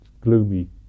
gloomy